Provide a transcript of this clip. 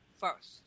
first